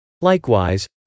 Likewise